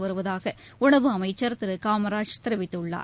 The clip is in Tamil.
வருவதாக உணவு அமைச்சர் திரு காமராஜ் தெரிவித்துள்ளார்